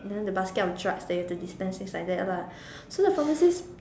and then basket of drugs you need to dispense things like that lah so the pharmacist